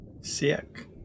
Sick